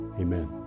Amen